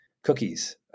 Cookies